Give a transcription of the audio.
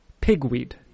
pigweed